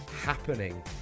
happening